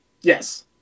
Yes